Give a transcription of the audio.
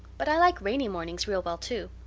but i like rainy mornings real well, too.